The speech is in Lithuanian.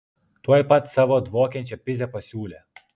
tuoj pat savo dvokiančią pizę pasiūlė